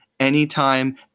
anytime